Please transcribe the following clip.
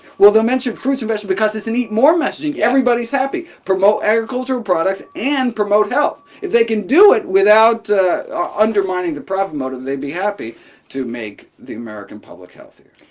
well, they'll mention fruits and vegetables because it's and eat more messaging. everybody's happy. promote agricultural products and promote health. if they can do it without undermining the profit motive, they'd be happy to make the american public healthier.